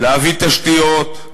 להביא תשתיות,